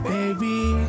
Baby